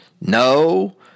No